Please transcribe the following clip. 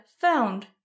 found